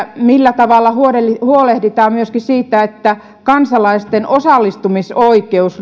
millä tavalla huolehditaan huolehditaan myöskin siitä että kansalaisten osallistumisoikeus